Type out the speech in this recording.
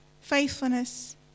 faithfulness